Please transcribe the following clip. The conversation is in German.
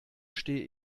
stehe